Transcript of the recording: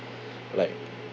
like